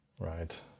Right